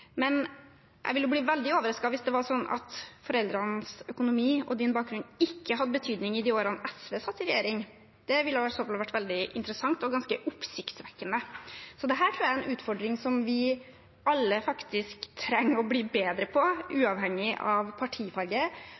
men jeg ville blitt veldig overrasket hvis det var sånn at ens bakgrunn og foreldrenes økonomi ikke hadde betydning i de årene SV satt i regjering. Det ville i så fall ha vært veldig interessant og ganske oppsiktsvekkende. Dette tror jeg er en utfordring som vi alle faktisk trenger å bli bedre på, uavhengig av partifarge.